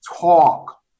talk